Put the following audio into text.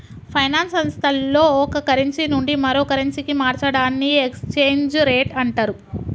finance సంస్థల్లో ఒక కరెన్సీ నుండి మరో కరెన్సీకి మార్చడాన్ని ఎక్స్చేంజ్ రేట్ అంటరు